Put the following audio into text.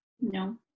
No